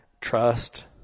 Trust